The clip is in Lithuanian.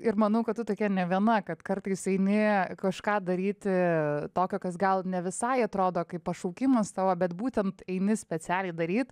ir manau kad tu tokia ne viena kad kartais eini kažką daryti tokio kas gal ne visai atrodo kaip pašaukimas tavo bet būtent eini specialiai daryt